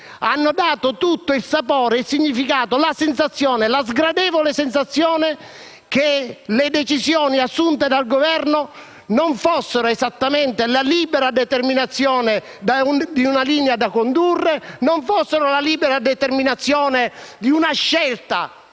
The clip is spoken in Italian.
hanno tutto il sapore, il significato, la sgradevole sensazione che le decisioni assunte dal Governo non fossero esattamente la libera determinazione di una linea da condurre, né la libera determinazione di una scelta